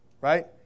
Right